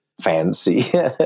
fancy